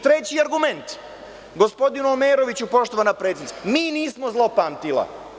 Treći argument gospodinu Omeroviću, poštovana predsednice, mi nismo zlopamtila.